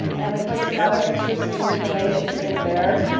um and we put some other interesting information in there.